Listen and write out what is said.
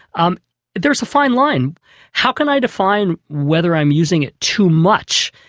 um there is a fine line how can i define whether i am using it too much,